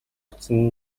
очсон